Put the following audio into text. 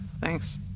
Thanks